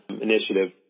initiative